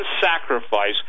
sacrifice